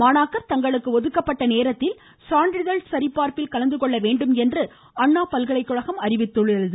மாணாக்கா் தங்களுக்கு ஒதுக்கப்பட்ட நேரத்தில் சான்றிதழ் சரிபார்ப்பில் கலந்துகொள்ள வேண்டும் என அண்ணா பல்கலைக்கழகம் அறிவித்துள்ளது